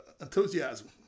enthusiasm